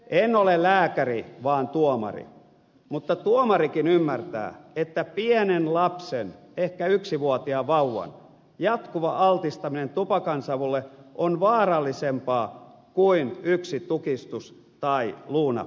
en ole lääkäri vaan tuomari mutta tuomarikin ymmärtää että pienen lapsen ehkä yksivuotiaan vauvan jatkuva altistaminen tupakansavulle on vaarallisempaa kuin yksi tukistus tai luunappi